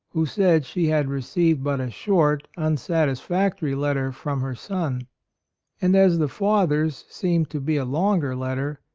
who said she had received but a short, unsatisfactory letter from her son and as the father's seemed to be a longer letter,